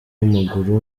w’amaguru